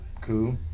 Cool